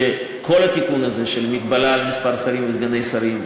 שכל התיקון הזה של מגבלה על מספר השרים וסגני השרים,